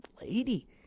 lady